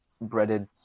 breaded